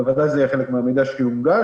בוודאי זה יהיה חלק מהמידע שיונגש.